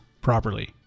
properly